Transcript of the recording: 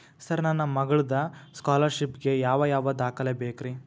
Sir ನನ್ನ ಮಗ್ಳದ scholarship ಗೇ ಯಾವ್ ಯಾವ ದಾಖಲೆ ಬೇಕ್ರಿ?